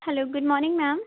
hello good morning ma'am